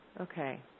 Okay